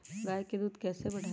गाय का दूध कैसे बढ़ाये?